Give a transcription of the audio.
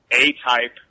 A-type